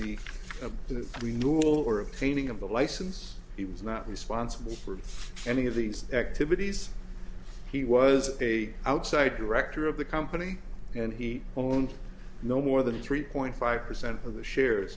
renewable or a painting of the license he was not responsible for any of these activities he was a outside director of the company and he owned no more than three point five percent of the shares